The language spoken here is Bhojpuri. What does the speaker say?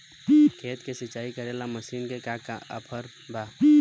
खेत के सिंचाई करेला मशीन के का ऑफर बा?